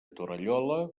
torallola